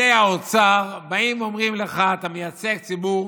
שפקידי האוצר באים ואומרים לך: אתה מייצג ציבור,